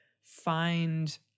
find